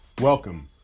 Welcome